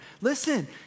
Listen